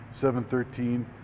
713